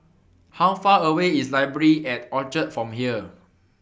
How Far away IS Library At Orchard from here